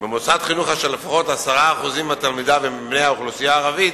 "במוסד חינוך אשר לפחות 10% מתלמידיו הם בני האוכלוסייה הערבית,